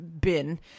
bin